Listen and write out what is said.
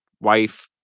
wife